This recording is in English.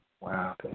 Wow